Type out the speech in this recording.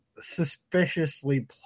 suspiciously